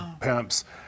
pimps